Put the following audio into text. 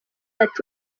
ati